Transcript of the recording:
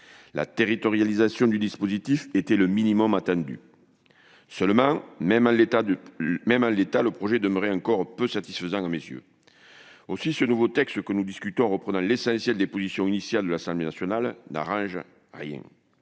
La territorialisation du dispositif était le minimum attendu. Seulement, même en l'état, le projet de loi resterait encore peu satisfaisant à mes yeux. Aussi, vous imaginez bien que ce nouveau texte, qui reprend l'essentiel des positions initiales de l'Assemblée nationale, n'arrange rien.